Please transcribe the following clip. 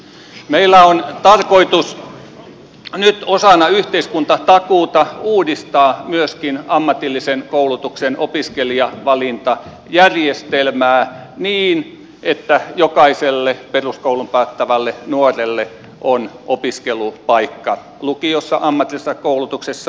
meillä on tarkoitus nyt osana yhteiskuntatakuuta uudistaa myöskin ammatillisen koulutuksen opiskelijavalintajärjestelmää niin että jokaiselle peruskoulun päättävälle nuorelle on opiskelupaikka lukiossa tai ammatillisessa koulutuksessa